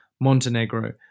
Montenegro